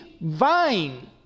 vine